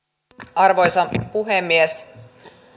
arvoisa puhemies